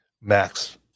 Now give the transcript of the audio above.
max